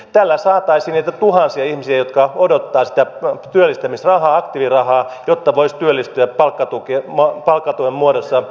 tällä saataisiin työllistettyä niitä tuhansia ihmisiä jotka odottavat sitä työllistämisrahaa aktiivirahaa jotta he voisivat työllistyä palkkatuen muodossa